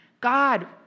God